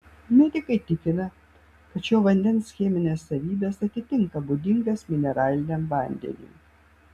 medikai tikina kad šio vandens cheminės savybės atitinka būdingas mineraliniam vandeniui